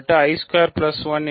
f